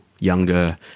younger